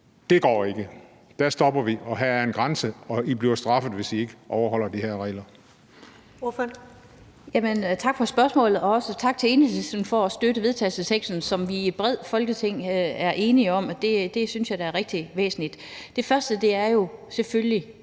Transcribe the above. det går ikke; der stopper vi, og her er en grænse, og I bliver straffet, hvis ikke I overholder de her regler.